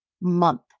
month